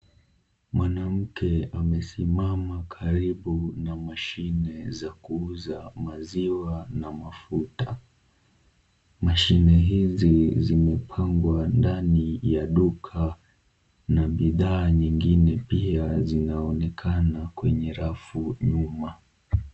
Mwanamke amesimama karibu na mashine za kuuza maziwa na mafuta. Mashine hizi zimepangwa ndani ya duka na bidhaa nyingine pia zinaonekana kwenye rafu nyuma.